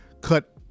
cut